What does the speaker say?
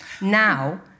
now